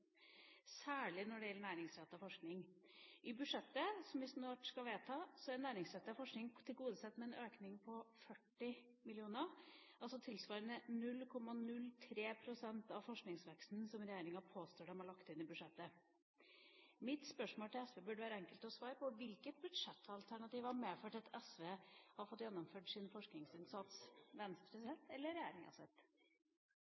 særlig når det gjelder næringsrettet forskning. I budsjettet som vi snart skal vedta, er næringsrettet forskning tilgodesett med en økning på 40 mill. kr, altså tilsvarende 0,03 pst. av forskningsveksten som regjeringa påstår de har lagt inn i budsjettet. Mitt spørsmål til SV burde være enkelt å svare på: Hvilket budsjettalternativ har medført at SV har fått gjennomført sin